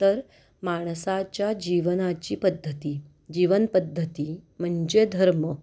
तर माणसाच्या जीवनाची पद्धती जीवनपद्धती म्हणजे धर्म